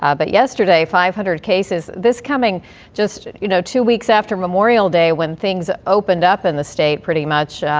ah but yesterday, five hundred cases, this coming just in, you know, two weeks after memorial day when things opened up in the state, pretty much yeah